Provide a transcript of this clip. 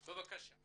בבקשה.